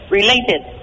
related